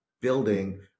building